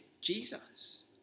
Jesus